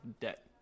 debt